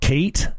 Kate